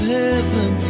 heaven